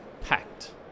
packed